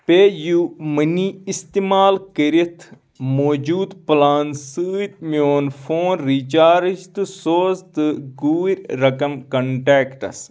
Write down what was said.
پے U money اِستعمال کٔرِتھ موجوٗد پٕلان سۭتۍ میون فون ریچارٕج تہٕ سوز تہٕ گوٗرۍ رقَم کَنٹیکٹس